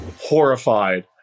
horrified